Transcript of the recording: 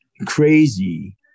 crazy